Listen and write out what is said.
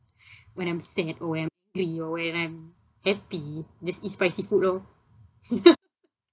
when I'm sad or when I'm angry or when I'm happy just eat spicy food lor